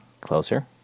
Closer